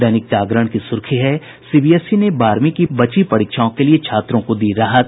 दैनिक जागरण की सुर्खी है सीबीएसई ने बारहवीं की बची परीक्षाओं के लिए छात्रों को दी राहत